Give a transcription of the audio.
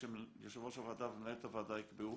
שיושב-ראש הוועדה ומנהלת הוועדה יקבעו